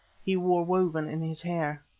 he wore woven in his hair.